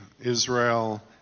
Israel